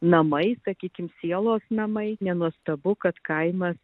namai sakykim sielos namai nenuostabu kad kaimas